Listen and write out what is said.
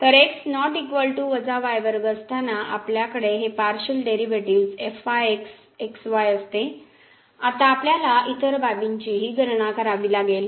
तर असताना आपल्याकडे हे पार्शियल डेरिव्हेटिव्ह्ज असते आता आपल्याला इतर बाबींचीही गणना करावी लागेल